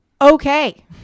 Okay